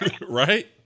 right